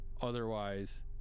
otherwise